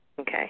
okay